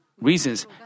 reasons